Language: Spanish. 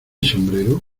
sombrero